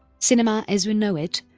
cinema as we know it,